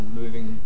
moving